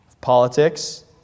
Politics